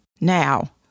Now